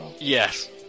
Yes